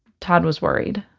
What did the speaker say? todd was worried